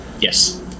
Yes